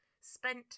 Spent